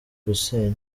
gusenywa